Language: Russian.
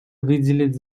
выделить